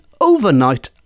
overnight